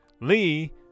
Lee